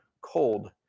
cold